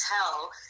tell